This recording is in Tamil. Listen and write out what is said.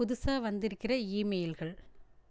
புதுசாக வந்திருக்கிற இமெயில்கள்